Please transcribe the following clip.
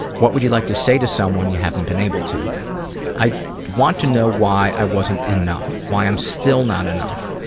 what would you like to say to someone you haven't been able to i want to know why i wasn't enough. why i'm still not enough.